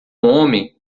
homem